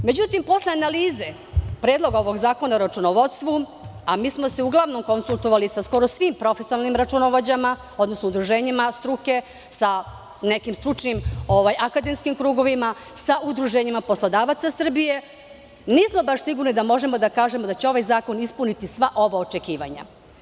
Međutim, posle analize Predloga ovog zakona o računovodstvu, a mi smo se uglavnom konsultovali sa skoro svim profesionalnim računovođama, odnosno udruženjima struke, sa nekim stručnim akademskim krugovima, sa udruženjima poslodavaca Srbije, nismo baš sigurni da možemo da kažemo da će ovaj zakon ispuniti sva ova očekivanja.